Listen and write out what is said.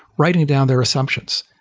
writing down their assumptions.